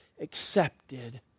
accepted